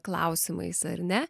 klausimais ar ne